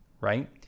right